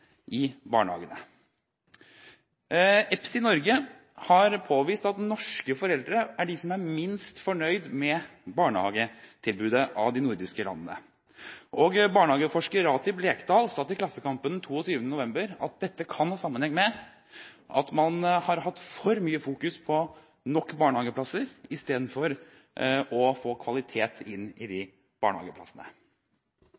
i barnehagene. EPSI Norge har påvist at norske foreldre er de foreldrene i de nordiske landene som er minst fornøyd med barnehagetilbudet, og barnehageforsker Ratib Lekhal sa til Klassekampen den 22. november at dette kan ha sammenheng med at man har hatt for mye fokus på å få nok barnehageplasser, istedenfor å få kvalitet inn i